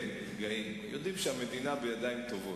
כן, נרגעים, יודעים שהמדינה בידיים טובות.